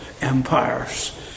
empires